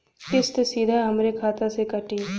किस्त सीधा हमरे खाता से कटी?